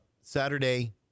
Saturday